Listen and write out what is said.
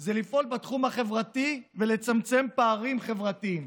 זה לפעול בתחום החברתי ולצמצם פערים חברתיים.